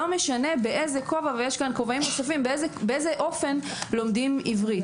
לא משנה באיזה אופן לומדים עברית.